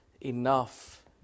Enough